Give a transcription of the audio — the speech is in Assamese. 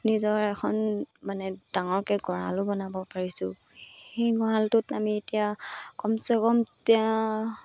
নিজৰ এখন মানে ডাঙৰকৈ গঁৰালো বনাব পাৰিছোঁ সেই গঁৰালটোত আমি এতিয়া কমচেকম এতিয়া